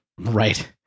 Right